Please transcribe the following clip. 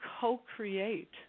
co-create